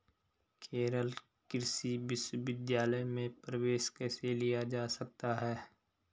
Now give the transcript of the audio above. केरल कृषि विश्वविद्यालय में प्रवेश कैसे लिया जा सकता है?